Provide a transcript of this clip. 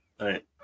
Right